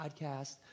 podcast